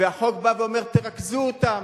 והחוק בא ואומר: תרכזו אותם.